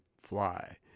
Fly